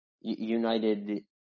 United